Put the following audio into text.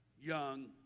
young